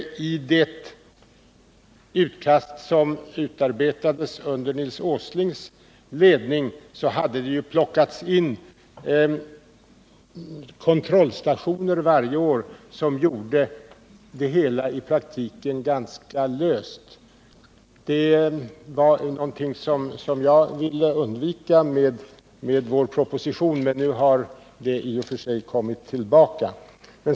I det utkast som utarbetades under Nils Åslings ledning hade det plockats in kontrollstationer varje år, vilket gjorde det hela i praktiken ganska löst. Det var någonting jag ville undvika med vår proposition, men nu har det ju kommit tillbaka.